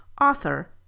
author